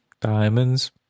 Diamonds